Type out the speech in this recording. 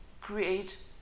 create